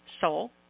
soul